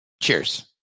Cheers